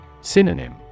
Synonym